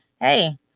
hey